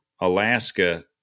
Alaska